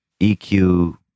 EQ